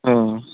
ହଁ